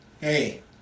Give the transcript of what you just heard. Hey